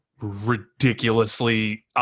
ridiculously